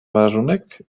warunek